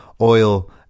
oil